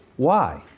why?